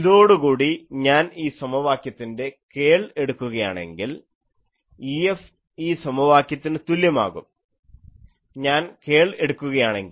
ഇതോടുകൂടി ഞാൻ ഈ സമവാക്യത്തിൻറെ കേൾ എടുക്കുകയാണെങ്കിൽ EFഈ സമവാക്യത്തിന് തുല്യമാകും ഞാൻ കേൾ എടുക്കുകയാണെങ്കിൽ